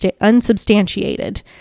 unsubstantiated